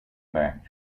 back